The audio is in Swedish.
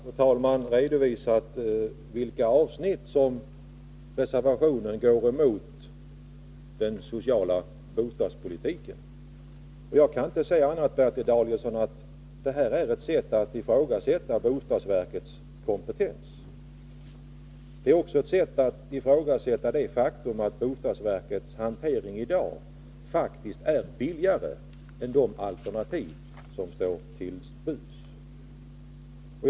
Fru talman! Jag har tidigare redovisat i vilka avsnitt som reservationen går emot den sociala bostadspolitiken. Jag kan inte se annat, Bertil Danielsson, än att detta också är ett sätt att ifrågasätta bostadsverkets kompetens. Det är också ett sätt att ifrågasätta det faktum att bostadsverkets hantering i dag faktiskt är billigare än de alternativ som står till buds.